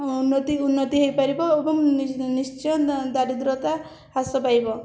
ଉନ୍ନତି ଉନ୍ନତି ହେଇପାରିବ ଏବଂ ନିଶ୍ଚୟ ଦାରିଦ୍ର୍ୟତା ହ୍ରାସ ପାଇବ